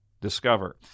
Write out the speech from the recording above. discover